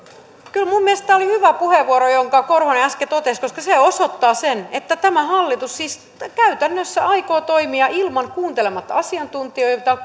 kyllä minun mielestäni tämä oli hyvä puheenvuoro jonka korhonen äsken totesi koska se osoittaa sen että tämä hallitus siis käytännössä aikoo toimia kuuntelematta asiantuntijoita